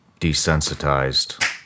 desensitized